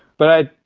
but i,